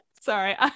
sorry